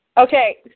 Okay